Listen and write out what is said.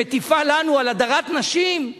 שמטיפה לנו על הדרת נשים,